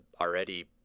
already